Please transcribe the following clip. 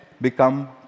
become